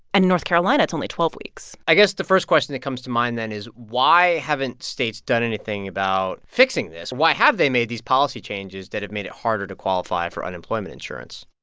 and in north carolina, it's only twelve weeks i guess the first question that comes to mind then is, why haven't states done anything about fixing this? why have they made these policy changes that have made it harder to qualify for unemployment insurance?